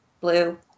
Blue